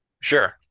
Sure